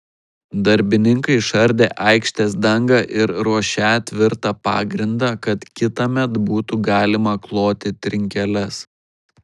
darbininkai išardė aikštės dangą ir ruošią tvirtą pagrindą kad kitąmet būtų galima kloti trinkeles